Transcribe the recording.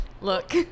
Look